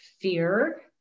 fear